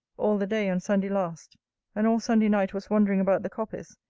all the day on sunday last and all sunday night was wandering about the coppice,